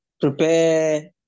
prepare